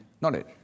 knowledge